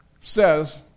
says